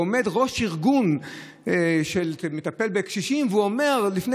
עומד ראש ארגון שמטפל בקשישים ואומר לפני